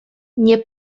nie